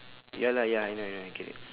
ya lah ya I know I know I get it